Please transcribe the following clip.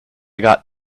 got